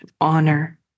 honor